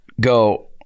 go